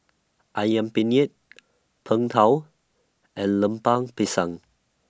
Ayam Penyet Png Tao and Lemper Pisang